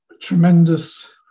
tremendous